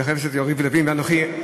וחבר הכנסת יריב לוין ואנוכי,